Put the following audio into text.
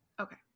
Okay